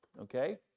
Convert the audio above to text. okay